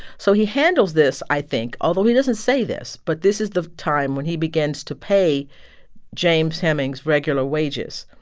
so he handles this, i think although he doesn't say this but this is the time when he begins to pay james hemings regular wages.